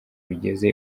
bigeze